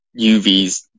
UVs